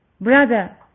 Brother